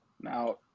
Now